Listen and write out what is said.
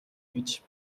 гэж